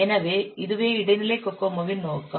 எனவே இதுவே இடைநிலை கோகோமோவின் நோக்கம்